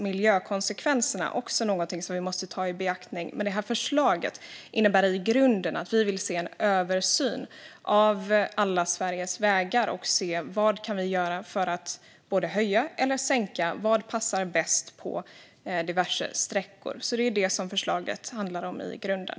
Miljökonsekvenserna är givetvis också någonting som vi måste ta i beaktande, men det här förslaget innebär i grunden att vi vill se en översyn av alla Sveriges vägar och se vad vi kan göra för att både höja och sänka hastigheter efter vad som passar bäst på olika sträckor. Det är det som förslaget handlar om i grunden.